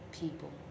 People